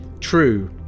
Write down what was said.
True